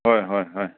ꯍꯣꯏ ꯍꯣꯏ ꯍꯣꯏ